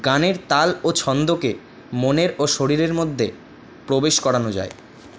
গানের তাল ও ছন্দকে মনের ও শরীরের মধ্যে প্রবেশ করানো যায়